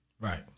Right